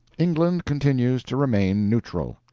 england continues to remain neutral.